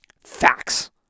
Facts